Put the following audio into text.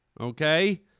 okay